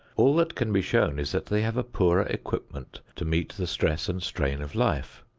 all that can be shown is that they have a poorer equipment to meet the stress and strain of life.